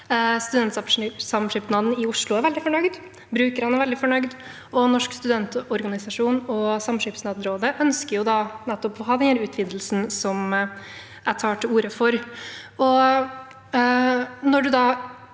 Studentsamskipnaden i Oslo er veldig fornøyd, brukerne er veldig fornøyd, og Norsk studentorganisasjon og Samskipnadsrådet ønsker nettopp å ha denne utvidelsen som jeg tar til orde for.